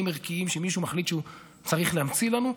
ערכיים שמישהו מחליט שהוא צריך להמציא לנו,